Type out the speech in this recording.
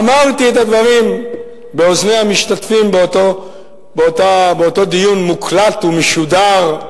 אמרתי את הדברים באוזני המשתתפים באותו דיון מוקלט ומשודר,